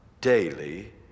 daily